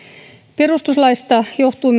perustuslaista johtuu